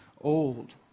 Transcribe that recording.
old